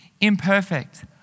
imperfect